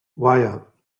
wire